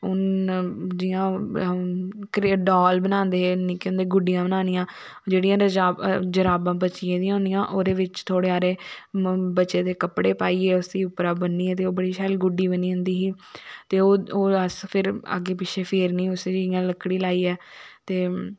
हून जियां डाल बनादे है निक्के होंदे गुड्डियां बनानियां जेहड़ियां जराबां बची गेदी होंदी हियां ओहदे बिच थोह्डे़ सारे बचे दे कपडे़ पाइयै उसी उप्परा बन्नियै ते ओह् बड़ी शैल गुड्डी बन जंदी ही ते ओह् अस फिर अग्गे पिच्छे फिरनी उसी इयां लकडी लाइये ते